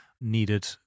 needed